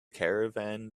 caravan